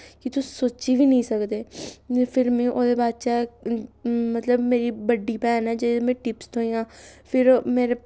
कि तुस सोच्ची बी निं सकदे मी फिर मी ओह्दे बाद च मतलब मेरी बड्डी भैन ऐ जेह्दे में टिप्स थ्होइयां फिर मेरे